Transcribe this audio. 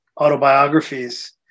autobiographies